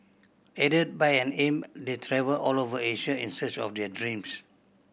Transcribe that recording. aided by an imp they travel all over Asia in search of their dreams